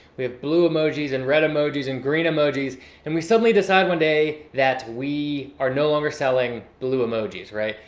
we have blue emojis and red emojis and green emojis and we suddenly decide one day that we are no longer selling blue emojis. right?